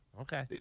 Okay